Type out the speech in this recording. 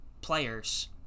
players